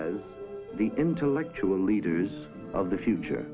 as the intellectual leaders of the future